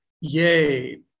Yay